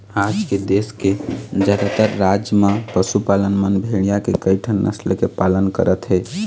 आज देश के जादातर राज म पशुपालक मन भेड़िया के कइठन नसल के पालन करत हे